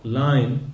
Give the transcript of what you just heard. line